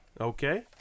Okay